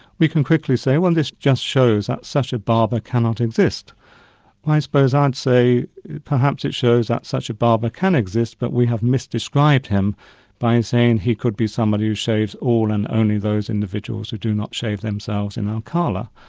we can quickly say, well this just shows that such a barber cannot exist. and i suppose i'd say perhaps it shows that such a barber can exist but we have misdescribed him by and saying he could be someone who shaves all and only those individuals who do not shave themselves in alcala.